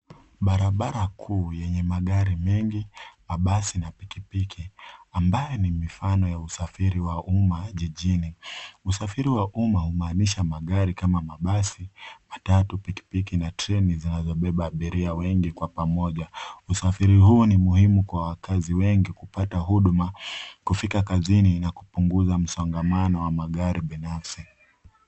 Barabara kuu yenye magari mengi mabasi na pikipiki ambayo ni mifano ya usafiri wa umma jijini. Usafiri wa umma humaanisha magari kama mabasi, matatu, pikipiki na treni zinazobeba abiria wengi kwa pamoja. Usafiri huu ni muhimu kwa wakazi wengi kupata huduma kufika kazini na kupunguza msongamano wa magari binafsi.